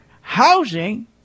housing